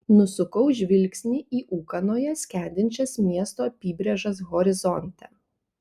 nusukau žvilgsnį į ūkanoje skendinčias miesto apybrėžas horizonte